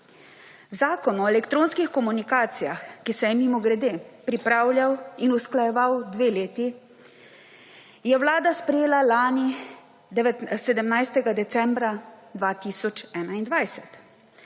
Zakon o elektronskih komunikacijah, ki se je, mimogrede, pripravljal in usklajeval dve leti, je Vlada sprejela lani, 17. decembra 2021.